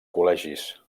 col·legis